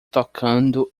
tocando